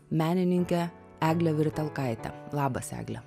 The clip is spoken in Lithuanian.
menininkę eglę vertelkaitę labas egle